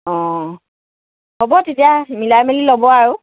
অঁ হ'ব তেতিয়া মিলাই মেলি ল'ব আৰু